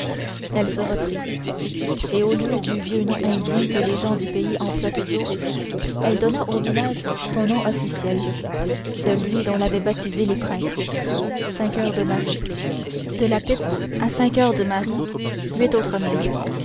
elle se reprit et au lieu du vieux nom indien que les gens du pays emploient toujours elle donna au village son nom officiel celui dont l'avaient baptisé les prêtres saint coeur de marie de la pipe à saint coeur de marie huit autres milles